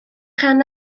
rhan